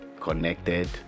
connected